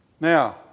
Now